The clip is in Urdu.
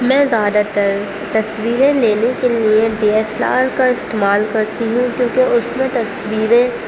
میں زیادہ تر تصویریں لینے کے لیے ڈی ایس ایل آر کا استعمال کرتی ہوں کیونکہ اس میں تصویریں